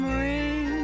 ring